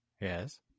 Yes